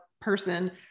person